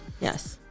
Yes